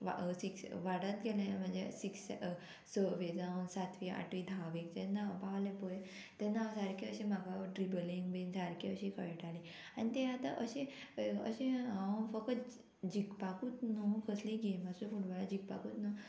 वा सिक्स वाडत गेले म्हणजे सिक्स सवे जावन सातवी आठवी धावेक जेन्ना हांव पावलें पळय तेन्ना हांव सारकें अशें म्हाका ट्रिबलींग बीन सारकी अशी कळटाली आनी ते आतां अशें अशें हांव फकत जिखपाकूच न्हू कसली गेम आसूं फुटबॉला जिखपाकूच न्हू